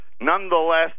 nonetheless